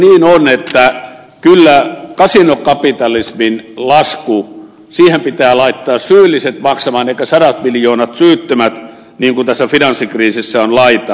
kyllä se niin on että kasinokapitalismin laskun pitää laittaa syylliset maksamaan eikä sadat miljoonat syyttömät niin kuin tässä finanssikriisissä on laita